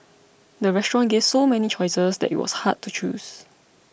the restaurant gave so many choices that it was hard to choose